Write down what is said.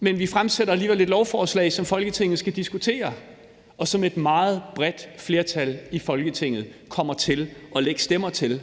men vi fremsætter alligevel et lovforslag, som Folketinget skal diskutere, og som et meget bredt flertal i Folketinget kommer til at lægge stemmer til.